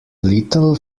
little